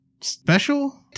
special